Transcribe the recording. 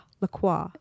LaCroix